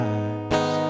eyes